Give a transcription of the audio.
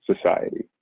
society